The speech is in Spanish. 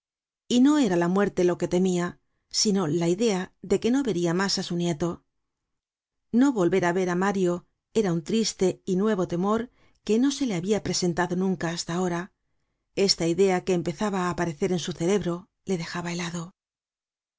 y no era la muerte lo que temia sino la idea de que no veria mas á su nieto no volver á ver á mario era un triste y nuevo temor que no se le habia presentado nunca hasta ahora esta idea que empezaba á aparecer en su cerebro le dejaba helado